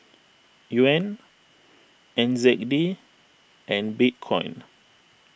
Yuan N Z D and Bitcoin